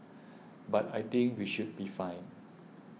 but I think we should be fine